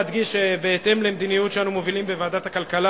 להדגיש שבהתאם למדיניות שאנו מובילים בוועדת הכלכלה,